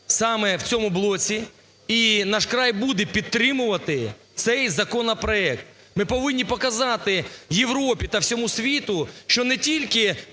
саме в цьому блоці. І "Наш край" буде підтримувати цей законопроект. Ми повинні показати Європі та всьому світу, що не тільки